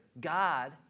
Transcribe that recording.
God